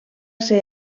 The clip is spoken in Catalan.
ser